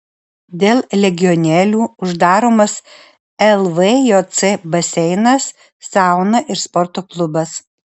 dėl legionelių uždaromas lvjc baseinas sauna ir sporto klubas